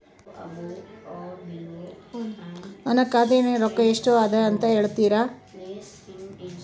ನನ್ನ ಖಾತೆಯಾಗಿನ ರೊಕ್ಕ ಎಷ್ಟು ಅದಾ ಅಂತಾ ಹೇಳುತ್ತೇರಾ?